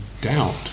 Doubt